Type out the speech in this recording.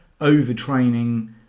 overtraining